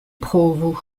provu